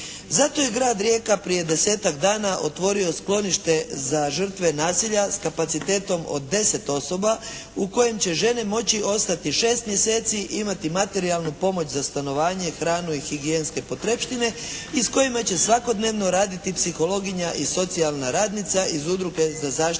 Zato je Grad Rijeka prije desetak dana otvorio sklonište za žrtve nasilja s kapacitetom od deset osoba u kojem će žene moći ostati 6 mjeseci, imati materijalnu pomoć za stanovanje, hranu i higijenske potrepštine i s kojima će svakodnevno raditi psihologinja i socijalna radnica iz Udruge za zaštitu